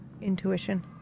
intuition